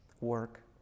work